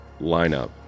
lineup